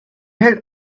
had